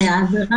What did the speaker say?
בסדר גמור.